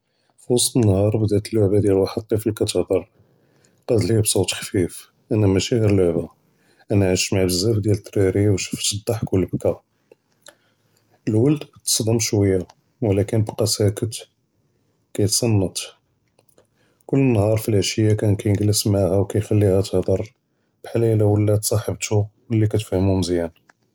פי וסט אלנהאר בדה לועבה דיאל ואחד טפל כתהדר, קאלת לו בסוט ח’פיף אני עשת מע בזאף דיאל זארארי ושפת אלדחק ואלבכא. אלולד תצד’ם שו’יה ולکن בقا סאקט, כיתסתן. קול נהאר פי אלעשיה כאן כיג’לס מעאها וכיח’ליha תיהדר בחאל לולת סחבתו מלי כתפאהם מזיאן.